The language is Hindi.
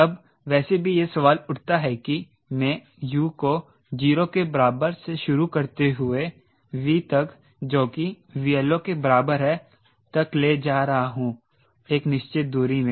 अब वैसे भी यह सवाल उठता है कि मैं U को 0 के बराबर से शुरू करते हुए V तक जो कि VLO के बराबर है तक ले जा रहा हूं एक निश्चित दूरी में